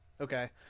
okay